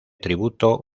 tributo